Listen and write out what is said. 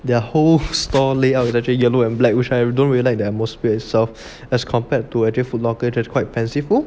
their whole store layout is actually yellow and black which I don't really like the atmosphere itself as compared to actually Foot Kocker which is quite fanciful